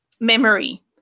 memory